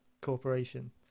corporation